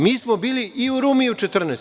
Mi smo bili i u Rumi u 14.